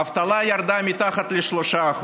האבטלה ירדה מתחת ל-3%.